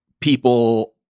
People